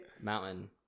Mountain